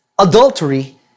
adultery